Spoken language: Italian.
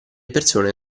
persone